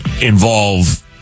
involve